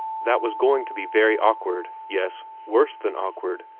that was going to be very awkward yes, worse than awkward!